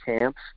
camps